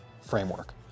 Framework